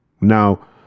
Now